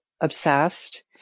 obsessed